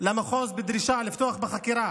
למחוז בדרישה לפתוח בחקירה